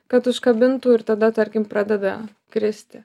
kad užkabintų ir tada tarkim pradeda kristi